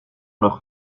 leurs